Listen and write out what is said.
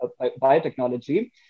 biotechnology